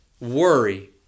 Worry